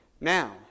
Now